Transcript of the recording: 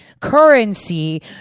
currency